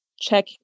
check